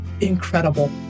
incredible